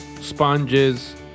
sponges